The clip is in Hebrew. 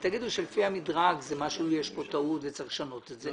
ותאמרו שלפי המדרג יש כאן טעות וצריך לשנות את זה